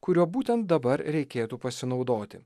kuriuo būtent dabar reikėtų pasinaudoti